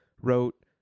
wrote